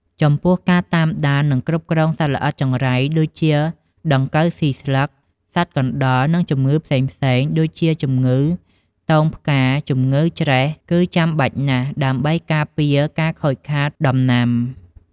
ចំពោះការតាមដាន និងគ្រប់គ្រងសត្វល្អិតចង្រៃ ដូចជា ដង្កូវស៊ីស្លឹក សត្វកណ្ដុរ និងជំងឺផ្សេងៗ ដូចជា ជម្ងឺទងផ្កា ជម្ងឺច្រែះ គឺចាំបាច់ណាស់ ដើម្បីការពារការខូចខាតដំណាំ។